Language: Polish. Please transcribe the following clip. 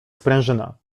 sprężyna